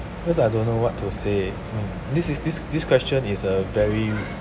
because I don't know what to say this is this this question is a very